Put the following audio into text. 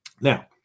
Now